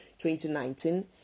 2019